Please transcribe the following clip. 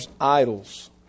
idols